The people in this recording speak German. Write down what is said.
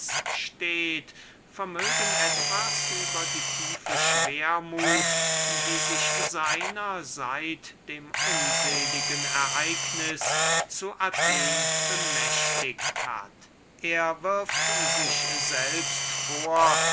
steht vermögen etwas über die tiefe schwermuth die sich seiner seit dem unseligen ereigniß zu athen bemächtigt hat er wirft sich selbst vor